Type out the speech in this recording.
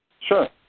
Sure